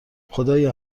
خدایا